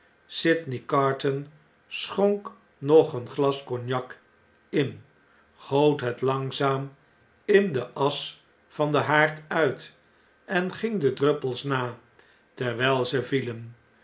sydney carton schonk nog een glas cognac in goot het langzaam in de asch van den haard uit en ging de druppels na terwijl ze vielen